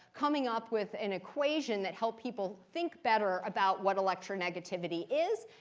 coming up with an equation that help people think better about what electronegativity is.